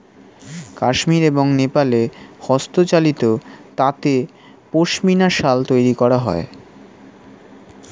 কাশ্মীর এবং নেপালে হস্তচালিত তাঁতে পশমিনা শাল তৈরি করা হয়